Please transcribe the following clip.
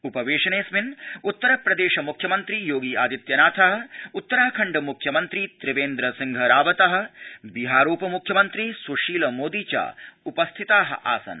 उपवेशनऽस्मिन् उत्तरप्रदेश मुख्यमन्त्री योगी आदित्यनाथ उत्तराखण्ड मुख्यमन्त्री त्रिवेन्द्र सिंह रावत बिहारोपमुख्यमन्त्री सुशील मोदी च उपस्थिता आसन्